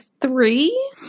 three